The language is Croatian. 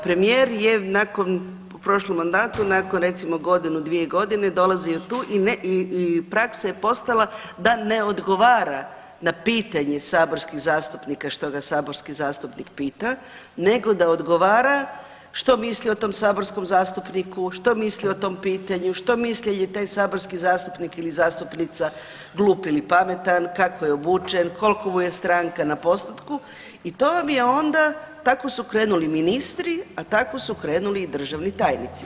Premijer je nakon, u prošlom mandatu nakon recimo godinu, dvije godine dolazio tu i ne, i praksa je postala da ne odgovara na pitanje saborskih zastupnika što ga saborski zastupnik pita, nego što misli da odgovara o tom saborskom zastupniku, što misli o tom pitanju, što misli jel je taj zastupnik ili zastupnica glup ili pametan, kako je obučen, koliko mu je stranka na postotku i to vam je onda, tako su krenuli ministri, a tako su krenuli i državni tajnici.